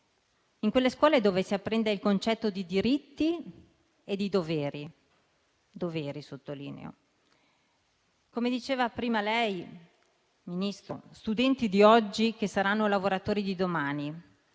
in quelle scuole dove si apprende il concetto di diritti e doveri, e sottolineo doveri. Come diceva prima lei, Ministro, gli studenti di oggi saranno i lavoratori di domani,